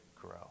grow